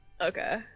Okay